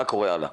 מה קורה הלאה?